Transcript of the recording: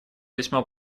весьма